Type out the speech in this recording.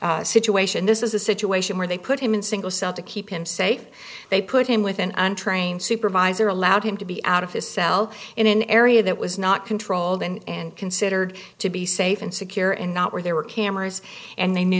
dangerous situation this is a situation where they put him in single cell to keep him safe they put him with an untrained supervisor allowed him to be out of his cell in an area that was not controlled and considered to be safe and secure and not where there were cameras and they knew